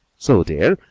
so there!